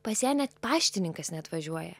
pas ją net paštininkas neatvažiuoja